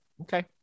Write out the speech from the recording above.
Okay